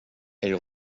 elle